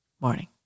morning